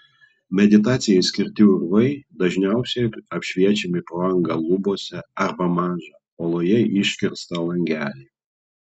meditacijai skirti urvai dažniausiai apšviečiami pro angą lubose arba mažą uoloje iškirstą langelį